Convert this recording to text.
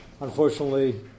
unfortunately